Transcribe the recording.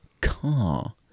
car